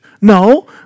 No